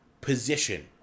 position